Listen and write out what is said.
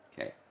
Okay